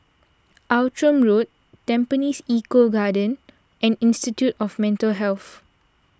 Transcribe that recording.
Outram Road Tampines Eco Green and Institute of Mental Health